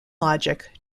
logic